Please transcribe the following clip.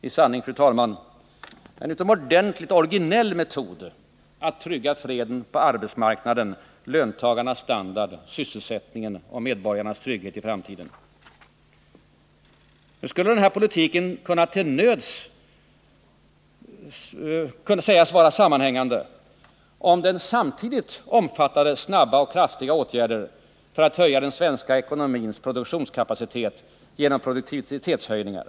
I sanning, fru talman, en utomordentligt originell metod att trygga freden på arbetsmarknaden, löntagarnas standard, sysselsättningen och medborgarnas trygghet i framtiden. Socialdemokraternas politik skulle till nöds kunna sägas vara sammanhängande, om den samtidigt omfattade snabba och kraftiga åtgärder för att höja den svenska ekonomins produktionskapacitet genom produktivitetshöjningar.